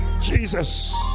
Jesus